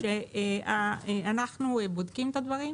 אנחנו בודקים את הדברים,